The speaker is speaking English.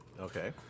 Okay